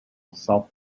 self